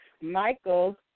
Michael